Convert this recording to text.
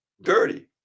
dirty